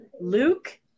Luke